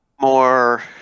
more